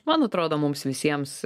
man atrodo mums visiems